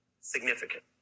significant